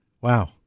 wow